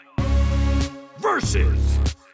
versus